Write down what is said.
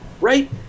right